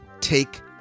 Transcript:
take